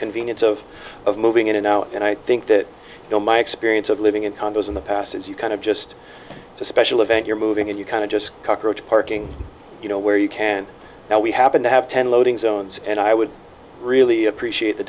convenience of of moving into now and i think that you know my experience of living in condos in the past is you kind of just special event you're moving and you kind of just cockroach parking you know where you can now we happen to have ten loading zones and i would really appreciate the